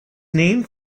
named